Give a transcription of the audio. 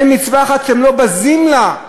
אין מצווה אחת שאתם לא בזים לה.